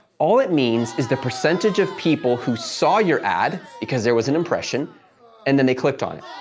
all it means is the percentage of people who saw your ad because there was an impression and then they clicked on it.